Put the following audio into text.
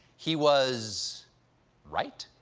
he. was right